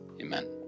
Amen